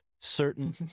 certain